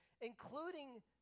including